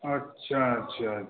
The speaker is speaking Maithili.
अच्छा अच्छा अच्छा